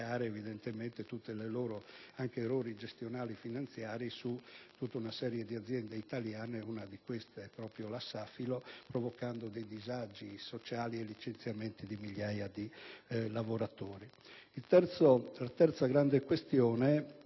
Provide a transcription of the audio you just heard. poi scaricare i loro errori gestionali e finanziari su tutta una serie di aziende italiane (una di queste è proprio la Safilo), provocando disagi sociali e licenziamenti di migliaia di lavoratori. La terza grande questione è